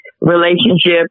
relationship